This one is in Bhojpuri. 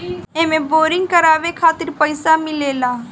एमे बोरिंग करावे खातिर पईसा मिलेला